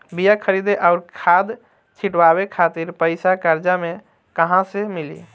बीया खरीदे आउर खाद छिटवावे खातिर पईसा कर्जा मे कहाँसे मिली?